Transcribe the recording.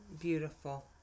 beautiful